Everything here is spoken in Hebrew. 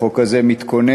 החוק הזה מתכונן,